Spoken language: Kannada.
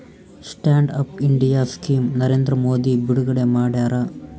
stand up India scheme Narendra Modi ಬಿಡುಗಡೆ ಮಾಡ್ಯಾರ